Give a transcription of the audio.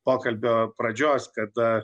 pokalbio pradžios kada